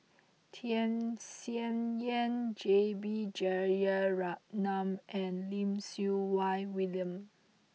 Tham Sien Yen J B Jeyaretnam and Lim Siew Wai William